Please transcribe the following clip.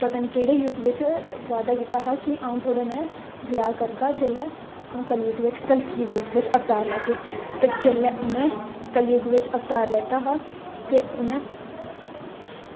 पता नी केह्ड़े युग च वादाै कीता की अंऊ थुआढ़े कन्नै ब्याह् करगा जेल्लै अंऊ कलयुग बिच कल्कि दा अवतार लैगा ते जेल्लै उनें कलयुग बिच अवतार लैता हा तां उनें